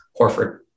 Horford